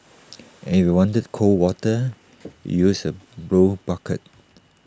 and if you wanted cold water you use the blue bucket